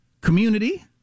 community